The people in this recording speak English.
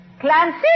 Clancy